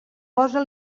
posa